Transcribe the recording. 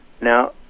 Now